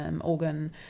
organ